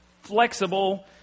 flexible